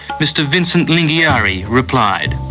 mr vincent lingiari, replied.